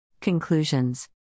Conclusions